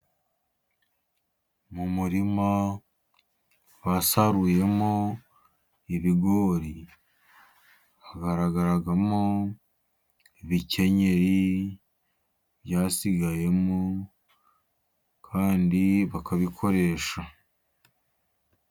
Mu murima basaruyemo ibigori, hagaragaramo ibikenyeri byasigayemo, kandi bakabikoresha.